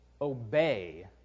obey